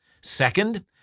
Second